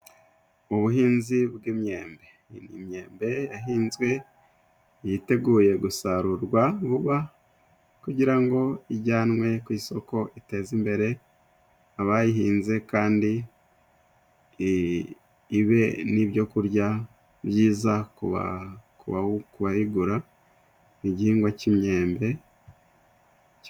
Ubuhinzi bw'imyembe imyembe yahinzwe yiteguye gusarurwa vuba kugira ngo ijyanwe kw'isoko iteze imbere abayihinze kandi ibe nibyo kurya byiza kuba yigura igihingwa cy'imyembe.